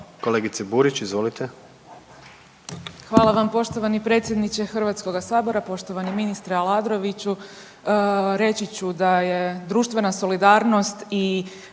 izvolite. **Burić, Majda (HDZ)** Hvala vam poštovani predsjedniče HS-a, poštovani ministre Aladroviću. Reći ću da je društvena solidarnost i